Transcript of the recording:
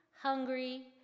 hungry